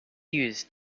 used